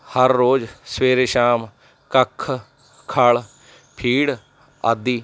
ਹਰ ਰੋਜ਼ ਸਵੇਰੇ ਸ਼ਾਮ ਕੱਖ ਖਲ ਫੀਡ ਆਦਿ